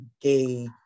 gay